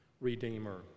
redeemer